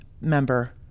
member